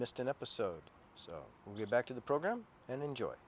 missed an episode so get back to the program and enjoy